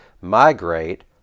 migrate